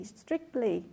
strictly